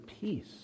peace